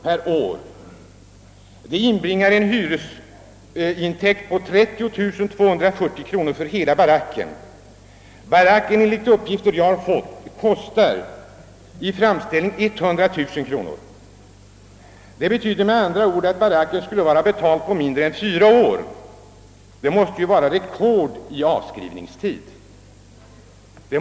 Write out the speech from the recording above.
Den hyran inbringar ju 30 240 kronor för varje barack, och en barack kostar enligt uppgifter jag fått 100 000 kronor i framställning. Baracken skulle med andra ord vara betald på mindre än fyra år, och det måste väl vara rekord i avskrivningstid.